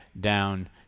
down